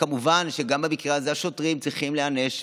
וכמובן גם במקרה הזה השוטרים צריכים להיענש,